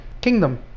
kingdom